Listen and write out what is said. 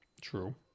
True